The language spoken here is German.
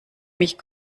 mich